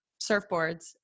surfboards